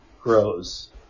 grows